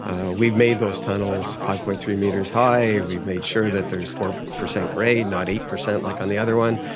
ah we've made those tunnels five. three metres high, we've made sure that there's four percent grade, not eight percent like on the other one,